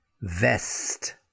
Vest